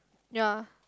ya